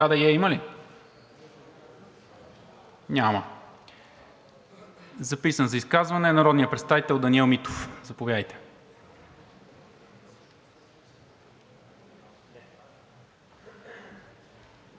Карадайъ има ли? Няма. Записан за изказване е народният представител Даниел Митов. Заповядайте.